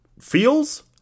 feels